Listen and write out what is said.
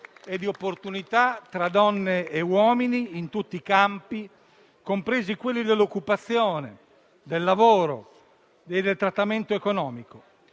e opportunità tra donne e uomini in tutti i campi, compresi l'occupazione, il lavoro e il trattamento economico.